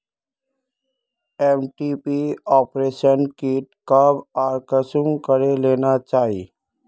MTP abortion kit कब आर कुंसम करे लेना चही?